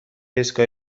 ایستگاه